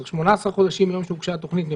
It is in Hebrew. זאת אומרת 18 חודשים מיום שהוגשה התוכנית אם